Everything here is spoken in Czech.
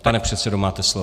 Pane předsedo, máte slovo.